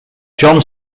john